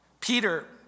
Peter